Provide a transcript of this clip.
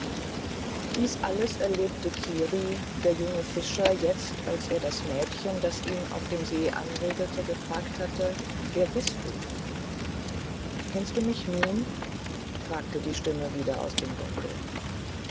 dieses alles erlebte kiri der junge fischer jetzt als er das mädchen das ihn auf dem see anredete gefragt hatte wer bist du kennst du mich nun fragte die stimme wieder aus dem dunkel